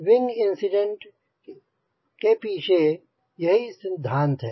wing incident के पीछे यही सिद्धांत है